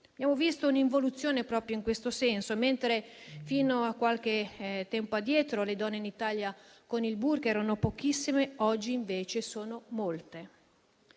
Abbiamo visto un'involuzione proprio in questo senso: mentre fino a qualche tempo addietro in Italia le donne con il *burqa* erano pochissime, oggi sono molte.